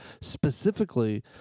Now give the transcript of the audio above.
specifically